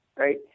Right